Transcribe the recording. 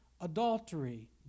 adultery